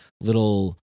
little